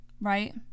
Right